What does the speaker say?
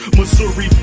Missouri